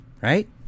right